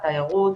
תיירות,